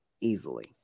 Easily